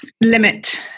limit